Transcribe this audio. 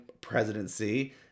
presidency